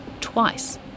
twice